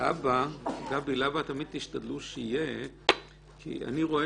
להבא תמיד תשתדלו שיהיה כי אני רואה